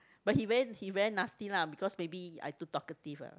but he very he very nasty lah because maybe I too talkative ah